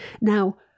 Now